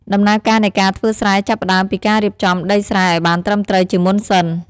ដំណើរការនៃការធ្វើស្រែចាប់ផ្តើមពីការរៀបចំដីស្រែឱ្យបានត្រឹមត្រូវជាមុនសិន។